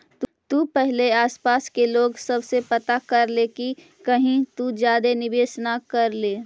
तु पहिले आसपास के लोग सब से पता कर ले कि कहीं तु ज्यादे निवेश न कर ले